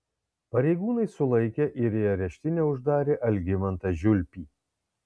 pareigūnai sulaikė ir į areštinę uždarė algimantą žiulpį